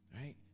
right